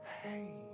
hey